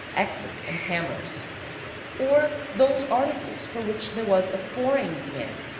axes, and hammers or those articles for which there was a foreign demand,